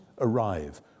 arrive